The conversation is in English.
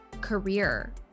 career